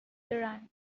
iran